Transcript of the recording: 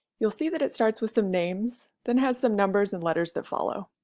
you'll see that it starts with some names, then has some numbers and letters that follow.